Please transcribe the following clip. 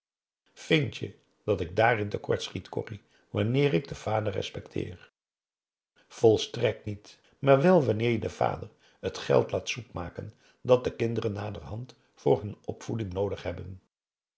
vind je dat ik daarin tekort schiet corrie wanneer ik den vader respecteer volstrekt niet maar wel wanneer je den vader het geld laat zoek maken dat de kinderen naderhand voor hun opvoeding noodig hebben